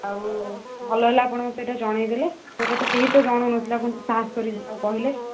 ଆଉ ଭଲ ହେଲା ଆପଣ ମୋତେ ଏଟା ଜଣେଇ ଦେଲେ ଏଟା ତ କେହି ତ ଜଣଉ ନଥିଲେ ଆପଣ ତ ସାହାସ କରି ଯାହା ହଉ କହିଲେ